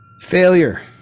Failure